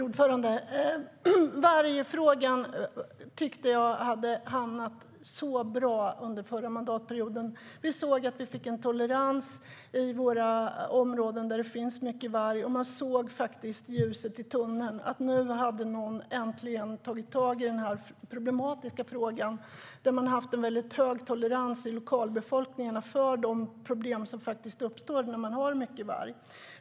Fru talman! Jag tyckte att vargfrågan hade hamnat så rätt under den förra mandatperioden. Vi såg att vi fick en tolerans i de områden där det finns mycket varg. Vi såg faktiskt ljuset i tunneln. Nu hade någon äntligen tagit tag i denna problematiska fråga, där man har haft en mycket stor tolerans i lokalbefolkningen när det gäller de problem som faktiskt uppstår när man har mycket varg.